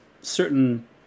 certain